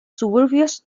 suburbios